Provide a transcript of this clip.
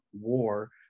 War